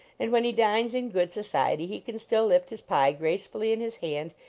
and when he dines in good society he can still lift his pie gracefully in his hand,